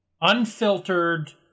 Unfiltered